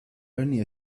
only